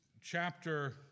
chapter